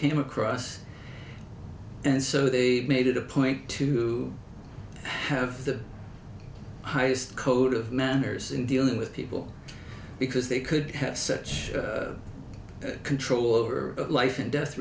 came across and so they made it a point to have the highest code of manners in dealing with people because they could have such control over the life and death